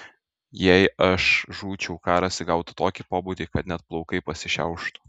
jei aš žūčiau karas įgautų tokį pobūdį kad net plaukai pasišiauštų